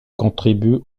contribuent